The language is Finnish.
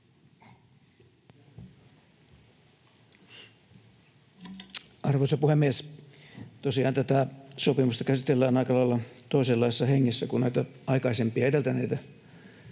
Arvoisa puhemies! Tosiaan tätä sopimusta käsitellään aika lailla toisenlaisessa hengessä kuin näitä aikaisempia, edeltäneitä